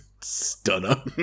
Stunner